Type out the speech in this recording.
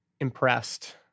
impressed